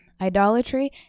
Idolatry